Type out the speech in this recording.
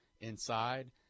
inside